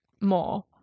more